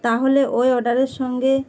তাহলে ওই অর্ডারের সঙ্গে